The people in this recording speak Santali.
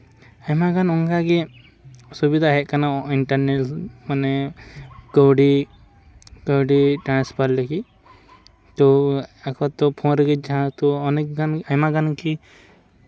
ᱟᱭᱢᱟ ᱜᱟᱱ ᱚᱱᱠᱟ ᱜᱮ ᱥᱩᱵᱤᱫᱷᱟ ᱦᱮᱡ ᱠᱟᱱᱟ ᱤᱱᱴᱟᱨᱱᱮᱴ ᱢᱟᱱᱮ ᱠᱟᱹᱣᱰᱤ ᱠᱟᱹᱣᱰᱤ ᱴᱮᱱᱮᱥᱯᱷᱟᱨ ᱞᱟᱹᱜᱤᱫ ᱛᱳ ᱮᱠᱷᱚᱱ ᱛᱚ ᱯᱷᱳᱱ ᱨᱮᱜᱮ ᱡᱟᱦᱟᱸ ᱛᱳ ᱚᱱᱮᱠ ᱜᱟᱱ ᱟᱭᱢᱟ ᱜᱟᱱ ᱜᱮ